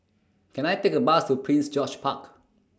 Can I Take A Bus to Prince George's Park